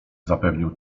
zapewnił